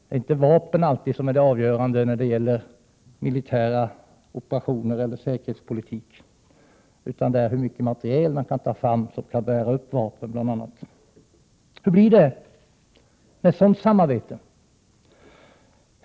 Det är inte alltid vapen som är avgörande när det gäller militära operationer eller säkerhetspolitik, utan det är hur mycket materiel man kan ta fram för att bl.a. bära upp vapnen. Hur blir det med ett sådant samarbete?